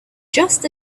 just